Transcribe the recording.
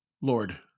lord